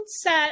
set